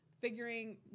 figuring